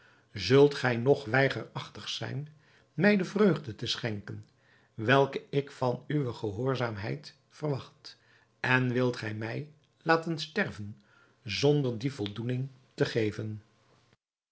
zult gij nog weigerachtig zijn mij de vreugde te schenken welke ik van uwe gehoorzaamheid verwacht en wilt gij mij laten sterven zonder die voldoening te geven